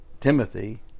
Timothy